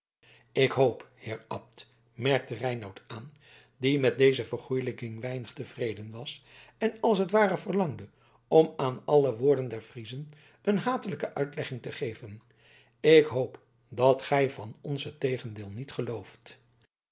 ik hoop heer abt merkte reinout aan die met deze vergoelijking weinig tevreden was en als t ware verlangde om aan alle woorden der friezen een hatelijke uitlegging te geven ik hoop dat gij van ons het tegendeel niet gelooft